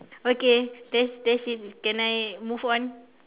okay that's that's it can I move on